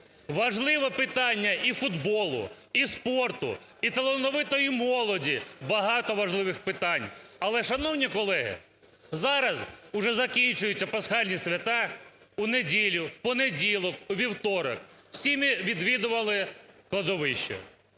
Важливе питання і футболу, і спорту, і талановитої молоді, багато важливих питань. Але, шановні колеги, зараз уже закінчуються Пасхальні свята. У неділю, в понеділок, у вівторок всі ми відвідували кладовища,